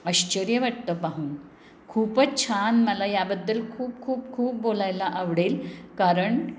आश्चर्य वाटतं पाहून खूपच छान मला याबद्दल खूप खूप खूप बोलायला आवडेल कारण